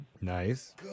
Nice